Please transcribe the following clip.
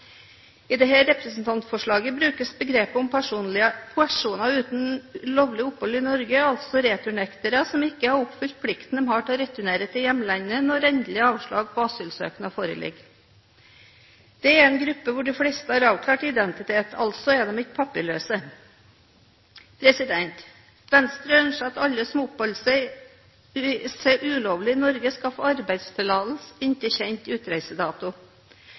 I dette representantforslaget brukes begrepet om personer uten lovlig opphold i Norge, altså returnektere som ikke har oppfylt plikten de har til å returnere til hjemlandet når endelig avslag på asylsøknad foreligger. Dette er en gruppe hvor de fleste har avklart identitet, altså er de ikke papirløse. Venstre ønsker at alle som oppholder seg ulovlig i Norge, skal få arbeidstillatelse inntil kjent utreisedato.